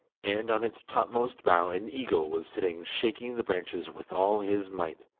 and on its topmost bough an eagle was sitting shaking the branches with all his might.